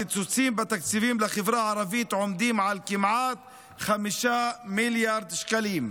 הקיצוצים בתקציבים לחברה הערבית עומדים על כמעט 5 מיליארד שקלים.